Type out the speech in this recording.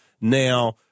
Now